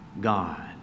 God